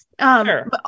Sure